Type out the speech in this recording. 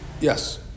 Yes